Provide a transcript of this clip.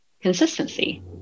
Consistency